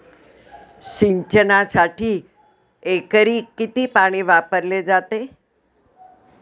सिंचनासाठी एकरी किती पाणी वापरले जाते?